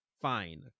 fine